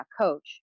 coach